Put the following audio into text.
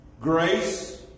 Grace